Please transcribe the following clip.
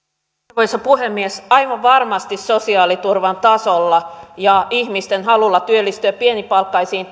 arvoisa puhemies aivan varmasti sosiaaliturvan tasolla ja ihmisten halulla työllistyä pienipalkkaisiin